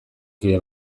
kide